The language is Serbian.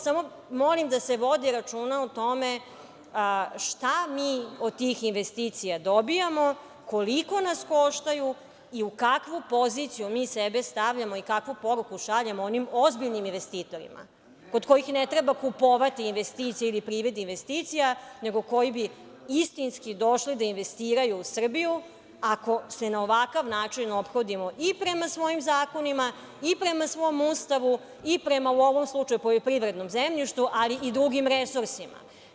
Samo molim da se vodi računa o tome šta mi od tih investicija dobijamo, koliko nas koštaju i u kakvu poziciju mi sebe stavljamo i kakvu poruku šaljemo onim ozbiljnim investitorima kod kojih ne treba kupovati investicije ili privid investicija, nego koji bi istinski došli da investiraju u Srbiju, ako se na ovakav način ophodimo i prema svojim zakonima i prema svom Ustavu i prema, u ovom slučaju poljoprivrednom zemljištu, ali i drugim resursima.